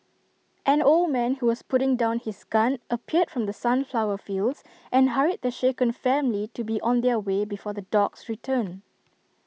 an old man who was putting down his gun appeared from the sunflower fields and hurried the shaken family to be on their way before the dogs return